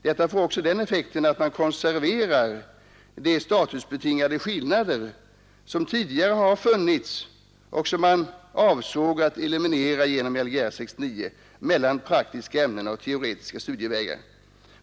Detta får också den effekten att man konserverar de statusbetingade skillnader mellan praktiska ämnen och teoretiska studievägar som tidigare har funnits och som man avsåg att eliminera genom Lgr 69.